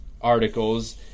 articles